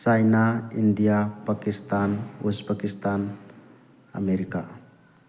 China India Pakistan west Pakistan America